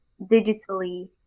digitally